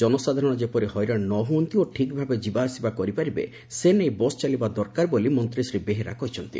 ଜନସାଧାରଣ ଯେପରି ହଇରାଶ ନ ହୁଅନ୍ତି ଓ ଠିକ୍ଭାବେ ଯିବାଆସିବା କରିପାରିବେ ସେ ନେଇ ବସ୍ ଚାଲିବା ଦରକାର ବୋଲି ମନ୍ତୀ ସେ ବେହେରା କହିଛନ୍ତି